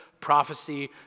prophecy